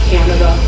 Canada